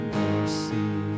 mercy